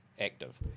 active